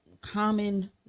common